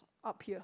up here